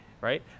right